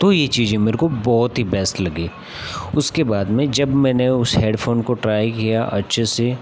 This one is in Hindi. तो यह चीज़ें मेरे को बहुत ही बेस्ट लगी उसके बाद में जब मैंने उस हेडफ़ोन को ट्राई किया अच्छे से